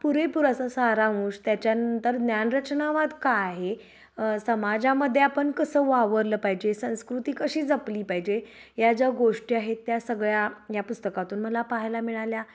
पुरेपुर असा सारांश त्याच्यानंतर ज्ञानरचनावाद का आहे समाजामध्ये आपण कसं वावररलं पाहिजे संस्कृती कशी जपली पाहिजे याज्या गोष्टी आहेत त्या सगळ्या या पुस्तकातून मला पाहायला मिळाल्या